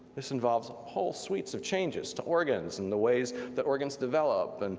this involves whole sweeps of changes to organs and the ways that organs develop, and